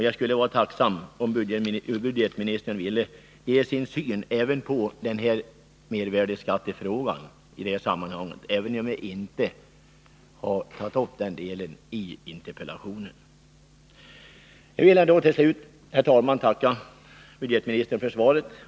Jag skulle vara tacksam om budgetministern ville redogöra för sin syn på denna mervärdeskattefråga i detta sammanhang, även om jag inte har berört den i interpellationen. Jag vill, herr talman, tacka budgetministern för svaret.